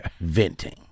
venting